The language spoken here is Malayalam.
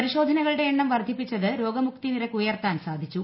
പരിശോധനകളുടെ എണ്ണം വർദ്ധിപ്പിച്ചത് രോഗമുക്തി നിരക്ക് ഉയർത്താൻ സാധിച്ചു